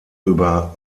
über